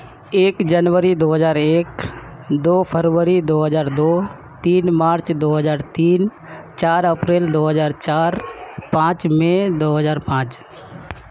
ایک جنوری دو ہزار ایک دو فروری دو ہزار دو تین مارچ دو ہزار تین چار اپریل دو ہزار چار پانچ مے دو ہزار پانچ